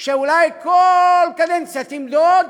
שאולי כל קדנציה תמדוד